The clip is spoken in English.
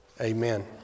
Amen